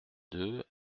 deux